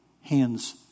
hands